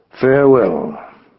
Farewell